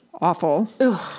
awful